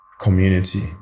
community